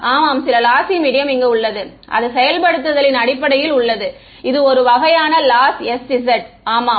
ஆமாம் சில lossy medium இங்கு உள்ளது அது செயல்படுத்தலின் அடிப்படையில் உள்ளது இது ஒரு வகையான லாஸ் sz ஆமாம்